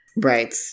Right